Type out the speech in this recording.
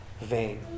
vain